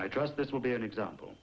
i trust this will be an example